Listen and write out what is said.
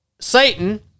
Satan